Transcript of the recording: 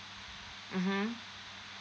mmhmm